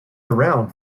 around